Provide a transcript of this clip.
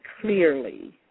clearly